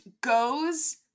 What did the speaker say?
goes